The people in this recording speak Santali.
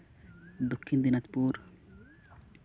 ᱫᱚᱠᱠᱷᱤᱱ ᱫᱤᱱᱟᱡᱽᱯᱩᱨ